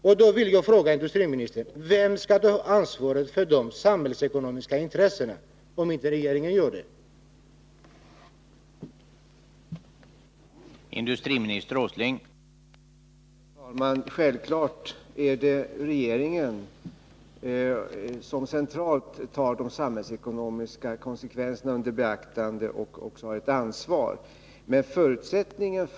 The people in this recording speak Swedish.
Därför vill jag fråga industriministern: Vem skall ta ansvaret för de samhällsekonomiska intressena, om inte regeringen gör det? 1 att minska personalomsättningen inom barnomsorgen